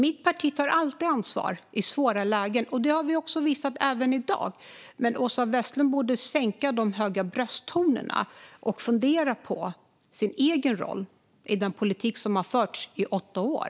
Mitt parti tar alltid ansvar i svåra lägen. Det har vi visat även i dag. Åsa Westlund borde dämpa de höga brösttonerna och fundera på sin egen roll i den politik som har förts i åtta år.